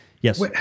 yes